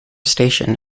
station